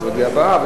לא יודע אם הבאה,